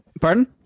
Pardon